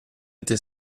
été